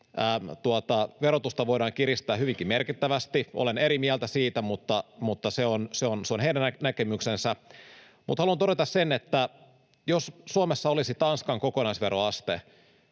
verotusta voidaan kiristää hyvinkin merkittävästi. Olen eri mieltä siitä, mutta se on heidän näkemyksensä. Haluan todeta sen, että jos Suomessa olisi Tanskan kokonaisveroaste,